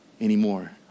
anymore